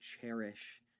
cherish